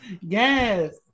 Yes